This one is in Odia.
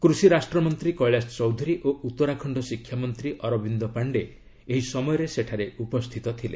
କୃଷି ରାଷ୍ଟ୍ରମନ୍ତ୍ରୀ କେିଳାସ ଚୌଧୁରୀ ଓ ଉତ୍ତରାଖଣ୍ଡ ଶିକ୍ଷାମନ୍ତ୍ରୀ ଅରବିନ୍ଦ ପାଣ୍ଡେ ଏହି ସମୟରେ ସେଠାରେ ଉପସ୍ଥିତ ଥିଲେ